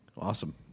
awesome